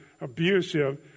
abusive